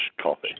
coffee